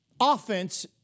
Offense